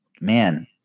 man